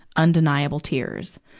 undeniable tears.